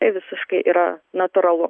tai visiškai yra natūralu